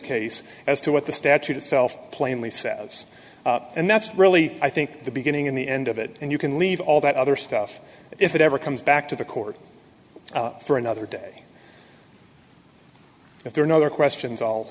case as to what the statute itself plainly says and that's really i think the beginning in the end of it and you can leave all that other stuff if it ever comes back to the court for another day if there are no other questions all